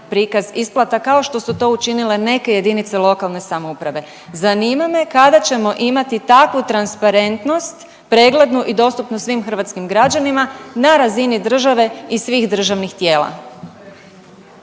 prikaz isplata kao što su to učinile neke jedinice lokalne samouprave. Zanima me kada ćemo imati takvu transparentnost preglednu i dostupnu svim hrvatskim građanima na razini države i svih državnih tijela?